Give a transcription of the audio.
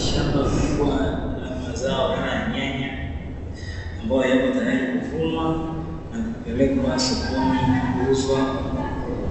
Shamba kubwa la mazao aina ya nyanya, ambayo yako tayari kuvunwa na kupelekwa sokoni kuuzwa